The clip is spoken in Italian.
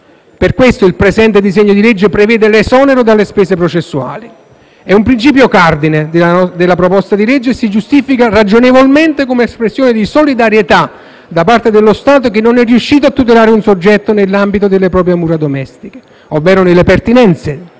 Per questo il presente disegno di legge prevede l'esonero dalle spese processuali. È un principio cardine della proposta di legge e si giustifica ragionevolmente come espressione di solidarietà da parte dello Stato, che non è riuscito a tutelare un soggetto nell'ambito delle proprie mura domestiche, ovvero nelle pertinenze